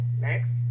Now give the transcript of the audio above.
next